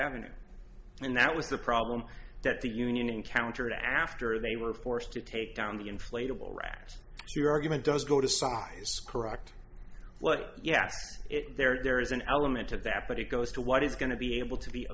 ave and that was the problem that the union encountered after they were forced to take down the inflatable raft so your argument does go to soft correct what yes it there is an element of that but it goes to what is going to be able to be